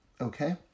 okay